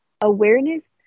awareness